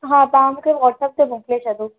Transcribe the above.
हा तव्हां मूंखे वॉट्सअप ते मोकिले छॾो